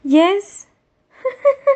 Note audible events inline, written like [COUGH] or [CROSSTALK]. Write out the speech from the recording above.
yes [LAUGHS]